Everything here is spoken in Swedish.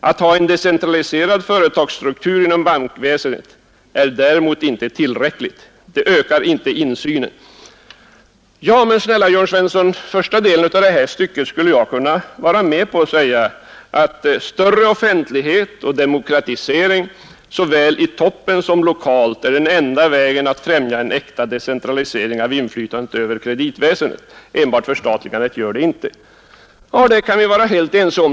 Att ha en decentraliserad företagsstruktur inom bankväsendet är däremot icke tillräckligt. Detta ökar inte insynen.” Första delen av det citerade avsnittet kan jag vara med om och alltså säga: Större offentlighet och demokratisering såväl i toppen som lokalt är den enda vägen att främja en äkta decentralisering av inflytandet över kreditväsendet. Enbart förstatligandet gör det inte. Ja, det kan vi vara helt överens om.